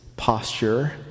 posture